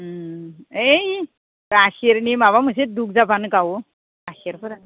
ओइ गाखिरनि माबा मोनसे दुब जाब्लानो गावो गाखिरफोरा